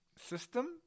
System